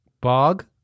bog